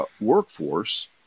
workforce –